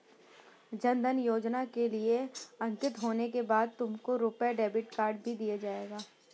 जन धन योजना के लिए अंकित होने के बाद तुमको रुपे डेबिट कार्ड भी दिया जाएगा